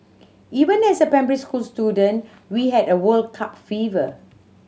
even as a primary school student we had a World Cup fever